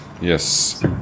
Yes